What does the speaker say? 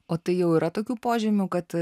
o tai jau yra tokių požymių kad